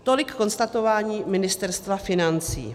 Tolik konstatování Ministerstva financí.